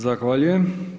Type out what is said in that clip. Zahvaljujem.